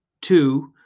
two